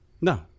No